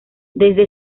desde